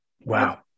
Wow